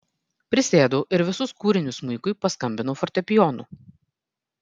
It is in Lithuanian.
prisėdau ir visus kūrinius smuikui paskambinau fortepijonu